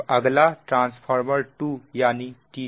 अब अगला ट्रांसफार्मर 2 यानी T 2 आएगा